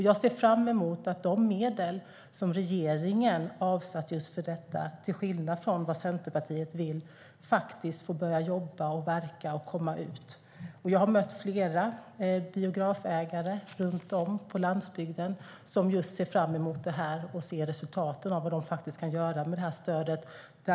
Jag ser fram emot att de medel som regeringen har avsatt just för detta - till skillnad från vad Centerpartiet vill - får börja jobba, verka och komma ut. Jag har mött flera biografägare runt om på landsbygden som ser fram emot detta och som ser resultaten av vad de kan göra med detta stöd.